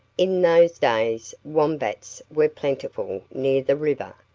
in those days wombats were plentiful near the river,